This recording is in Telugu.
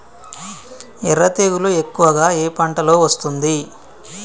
ఎర్ర తెగులు ఎక్కువగా ఏ పంటలో వస్తుంది?